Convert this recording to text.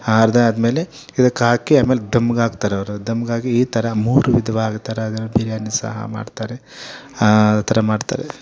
ಆ ಅರ್ಧ ಆದಮೇಲೆ ಇದಕ್ಕೆ ಹಾಕಿ ಆಮೇಲೆ ಧಮ್ಗೆ ಹಾಕ್ತಾರೆ ಅವರು ಧಮ್ಗೆ ಹಾಕಿ ಈ ಥರ ಮೂರು ವಿಧವಾಗಿ ಥರ ಅದ್ರಲ್ಲಿ ಬಿರಿಯಾನಿ ಸಹ ಮಾಡ್ತಾರೆ ಆ ಥರ ಮಾಡ್ತಾರೆ